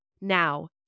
Now